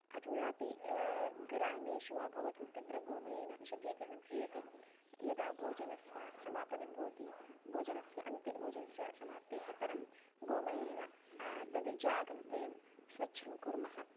अधुनापि ग्रामेषु वा भवतु तत्र गोमयेन शुद्धीकरणं क्रियते यदा भोजनस्य समापनं भवति भोजनस्य अन्ते भोजनस्य समाप्तेः परं गोमयेन तत् जागं वयं स्वच्छं कुर्मः